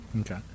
okay